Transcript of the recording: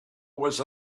was